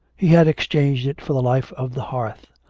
he had exchanged it for the life of the hearth,